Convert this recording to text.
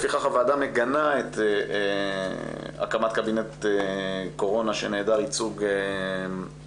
לפיכך הוועדה מגנה את הקמת קבינט קורונה שנעדר ייצוג נשי,